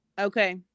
Okay